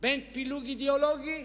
בין פילוג אידיאולוגי